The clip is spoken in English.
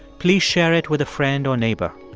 please share it with a friend or neighbor.